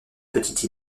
petites